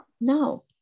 No